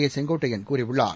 ஏ செங்கோட்டையன் கூறியுள்ளார்